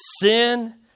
sin